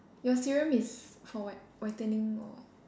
your serum is for what whitening or